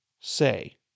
say